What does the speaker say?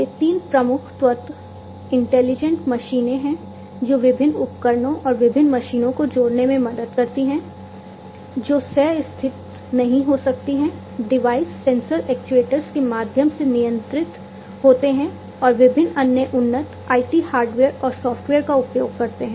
ये तीन प्रमुख तत्व इंटेलिजेंट मशीनें हैं जो विभिन्न उपकरणों और विभिन्न मशीनों को जोड़ने में मदद करती हैं जो सह स्थित नहीं हो सकती हैं डिवाइस सेंसर एक्ट्यूएटर्स के माध्यम से नियंत्रित होते हैं और विभिन्न अन्य उन्नत IT हार्डवेयर और सॉफ़्टवेयर का उपयोग करते हैं